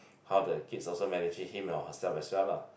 how the kids also managing him or herself as well lah